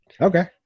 okay